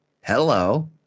hello